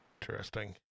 Interesting